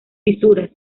fisuras